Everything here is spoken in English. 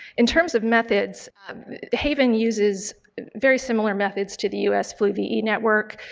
in terms of methods haven uses very similar methods to the us flu ve network,